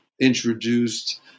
introduced